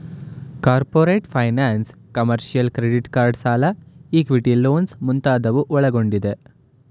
corporate finance, commercial, credit card ಸಾಲ, equity loans ಮುಂತಾದವು ಒಳಗೊಂಡಿದೆ